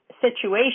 situation